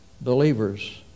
believers